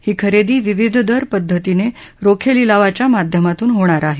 ही खरेदी विविध दर पद्धतीने रोखे लिलावाच्या माध्यमातून होणार आहे